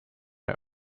der